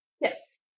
yes